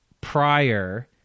prior